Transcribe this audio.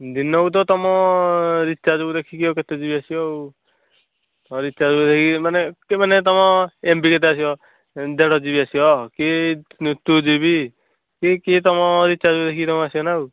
ଦିନକୁ ତ ତମ ରିଚାର୍ଜକୁ ଦେଖିକି କେତେ ଜିବି ଆସିବ ଆଉ ହଁ ରିଚାର୍ଜ କୁ ଦେଖିକି ମାନେ ସେ ମାନେ ତମ ଏମବି କେତେ ଆସିବ ଦେଢ଼ ଜିବି ଆସିବ କି ଟୁ ଜିବି କି କିଏ ତମ ରିଚାର୍ଜ କୁ ଦେଖିକି ତମ ଆସିବ ନା ଆଉ